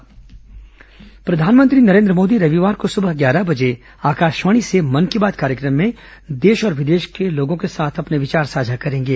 मन की बात प्रधानमंत्री नरेंद्र मोदी रविवार को सुबह ग्यारह बजे आकाशवाणी से मन की बात कार्यक्रम में देश और विदेश में लोगों के साथ अपने विचार साझा करेंगे